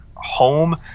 home